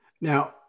Now